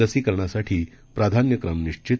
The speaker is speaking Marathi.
लसीकरणासाठी प्राधान्यक्रम निश्वित